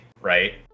right